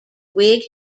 whig